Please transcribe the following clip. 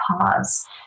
pause